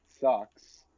sucks